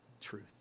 truth